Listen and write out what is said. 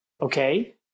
okay